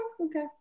okay